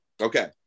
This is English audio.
Okay